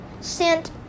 sent